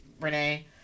Renee